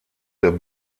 der